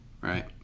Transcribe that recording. right